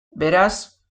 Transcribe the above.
beraz